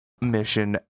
mission